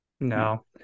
No